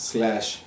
Slash